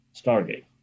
stargate